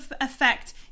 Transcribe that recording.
effect